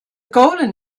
golden